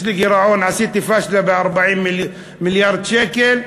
יש לי גירעון, עשיתי פשלה ב-40 מיליארד שקל,